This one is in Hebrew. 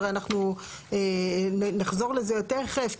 הרי אנחנו נחזור לזה תכף.